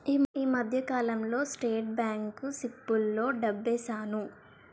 ఈ మధ్యకాలంలో state bank సిప్పుల్లో డబ్బేశాను